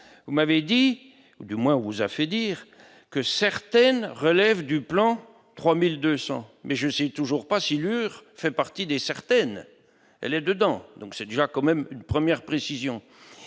vous m'avez dit du moins, on vous a fait dire que certaines relèvent du plan 3200 mais je sais toujours pas si eurent fait partie des certaines elle est dedans, donc c'est déjà quand même une première précision,